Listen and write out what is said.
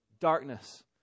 Darkness